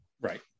right